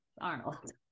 arnold